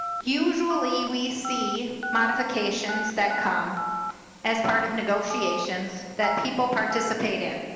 usually we see modifications that come as part of negotiations that people participate in.